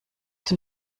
den